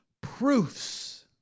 proofs